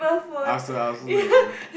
I also I also look at everyone